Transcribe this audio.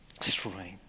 strength